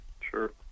sure